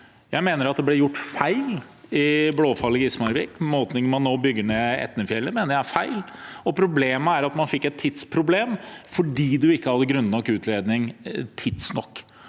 Jeg mener det ble gjort feil i Blåfalli–Gismarvik. Måten man nå bygger ned Etnefjellet på, mener jeg er feil. Man fikk et tidsproblem fordi man ikke hadde grundig nok utredning tidsnok.